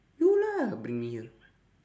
you lah bring me